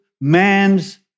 man's